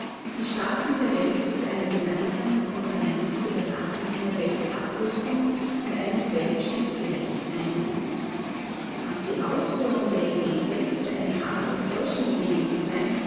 die staaten der welt zu einer gemeinsamen konferenz zur beratung einer weltabrüstung und eines weltschiedsgerichts einlud mag die ausführung der idee selbst eine arg enttäuschende gewesen sein